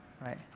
Right